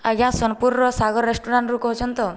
ଆଜ୍ଞା ସୋନପୁରର ସାଗର ରେଷ୍ଟୁରାଣ୍ଟରୁ କହୁଛନ୍ତି ତ